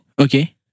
Okay